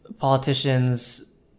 politicians